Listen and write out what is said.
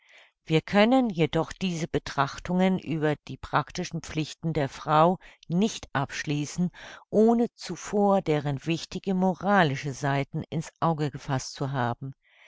wir können jedoch diese betrachtungen über die praktischen pflichten der frau nicht abschließen ohne zuvor deren wichtige moralische seiten in's auge gefaßt zu haben